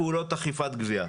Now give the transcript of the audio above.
הוא גם ביצע פעולות אכיפת גבייה.